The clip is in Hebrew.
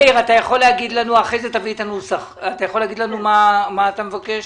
מאיר, אתה יכול להגיד לנו מה אתה מבקש?